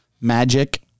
Magic